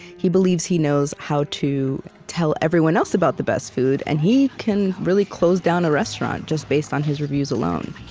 he believes he knows how to tell everyone else about the best food and he can really close down a restaurant just based on his reviews alone